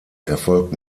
erfolgt